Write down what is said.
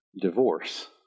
Divorce